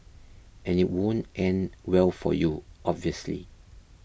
and it won't end well for you obviously